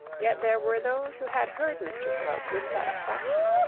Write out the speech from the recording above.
yet there were those who had heard mr slope with satisfaction.